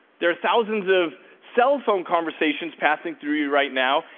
there are thousands of cell phone conversations passing through you right now,